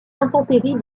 intempéries